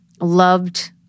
loved